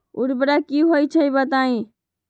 उर्वरक की होई छई बताई?